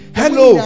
hello